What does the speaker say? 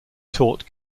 taught